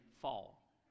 fall